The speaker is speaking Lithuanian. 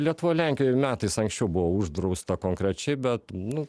lietuvoj lenkijoj metais anksčiau buvo uždrausta konkrečiai bet nu